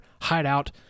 hideout